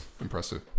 impressive